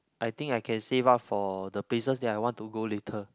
I think I can save up for the places that I want to go later